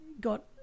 got